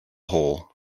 hole